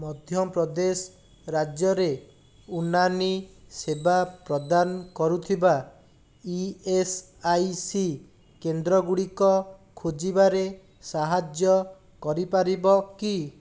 ମଧ୍ୟପ୍ରଦେଶ ରାଜ୍ୟରେ ଉନାନି ସେବା ପ୍ରଦାନ କରୁଥିବା ଇ ଏସ୍ ଆଇ ସି କେନ୍ଦ୍ରଗୁଡ଼ିକ ଖୋଜିବାରେ ସାହାଯ୍ୟ କରିପାରିବ କି